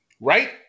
Right